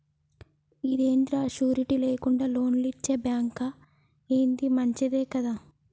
ఇదేందిరా, షూరిటీ లేకుండా లోన్లిచ్చే బాంకా, ఏంది మంచిదే గదా